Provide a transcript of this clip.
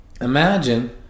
imagine